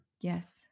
yes